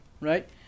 right